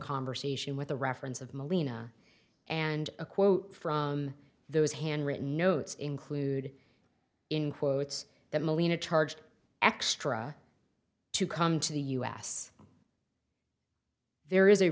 conversation with the reference of molina and a quote from those handwritten notes included in quotes that marina charged extra to come to the us there is a